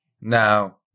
Now